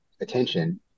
attention